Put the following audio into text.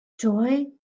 joy